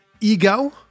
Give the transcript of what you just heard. ego